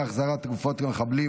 אי-החזרת גופות מחבלים),